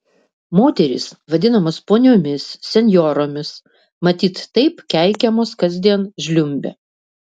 moterys vadinamos poniomis senjoromis matyt taip keikiamos kasdien žliumbia